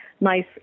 nice